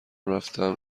رفتم